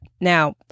Now